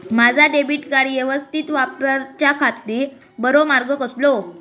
माजा debit card यवस्तीत वापराच्याखाती बरो मार्ग कसलो?